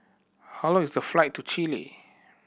how long is the flight to Chile